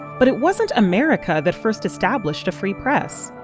but it wasn't america that first established a free press.